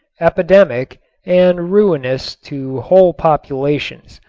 epidemic and ruinous to whole populations.